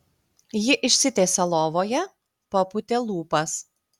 ji išsitiesė lovoje papūtė lūpas